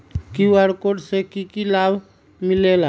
QR code से कि कि लाव मिलेला?